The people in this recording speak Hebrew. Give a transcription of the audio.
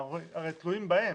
אנחנו הרי תלויים בהם.